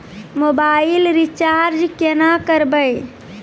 Mobile recharge केना करबै?